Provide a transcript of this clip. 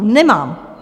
Nemám.